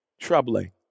troubling